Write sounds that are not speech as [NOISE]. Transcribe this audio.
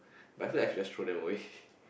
but I feel like I should just throw them away [BREATH]